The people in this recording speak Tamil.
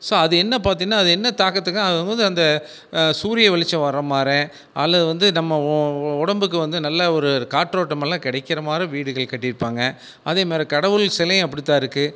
ஸோ அது என்ன பார்த்தீனா அது என்ன தாக்கத்துக்காகம் போது அந்த சூரிய வெளிச்சம் வரமாதிரி அல்லது வந்து நம்ம ஒ ஒ உடம்புக்கு வந்து நல்ல ஒரு காற்றோட்டம் எல்லா கிடைக்கிற மாதிரி வீடுகள் கட்டியிருப்பாங்க அதே மாதிரி கடவுள் சிலையும் அப்படிதான் இருக்குது